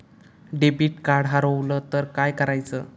Debit card हरवल तर काय करायच?